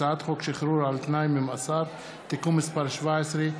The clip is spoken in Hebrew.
הצעת חוק שחרור על תנאי ממאסר (תיקון מס' 17,